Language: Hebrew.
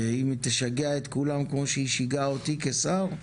אם היא תשגע את כולם כמו שהיא שיגעה אותי כשר,